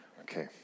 Okay